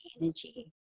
energy